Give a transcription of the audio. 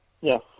Yes